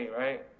right